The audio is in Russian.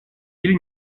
или